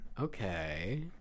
Okay